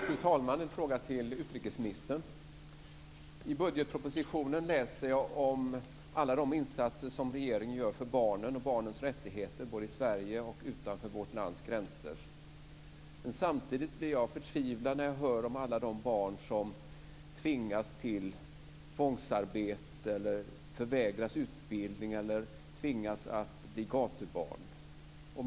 Fru talman! Jag har en fråga till utrikesministern. I budgetpropositionen läser jag om alla de insatser som regeringen gör för barnen och barnens rättigheter både i Sverige och utanför vårt lands gränser. Men samtidigt blir jag förtvivlad när jag hör om alla de barn som tvingas till tvångsarbete, förvägras utbildning eller tvingas bli gatubarn.